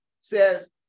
says